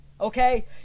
okay